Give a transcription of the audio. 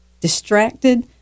distracted